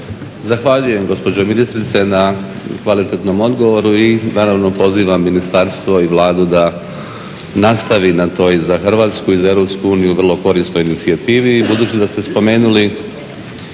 Zahvaljujem gospođo ministrice na kvalitetnom odgovoru i naravno pozivam ministarstvo i Vladu da nastavi na toj, za Hrvatsku i za Europsku uniju, vrlo korisnoj inicijativi. I budući da ste spomenuli